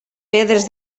pedres